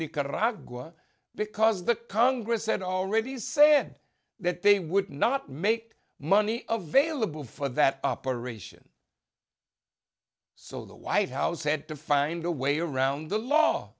nicaragua because the congress had already said that they would not make money available for that operation so the white house had to find a way around the law